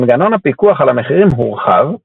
מנגנון הפיקוח על המחירים הורחב,